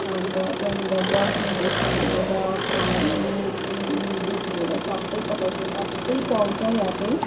अन्त त्यहाँनिर बस्नुदेखि लिएर खानु पिउनुदेखि लिएर सबै तपाईँको सबै पाउँछ यहाँ चाहिँ